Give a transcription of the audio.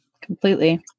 Completely